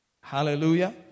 Hallelujah